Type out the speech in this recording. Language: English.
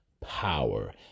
power